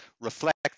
reflect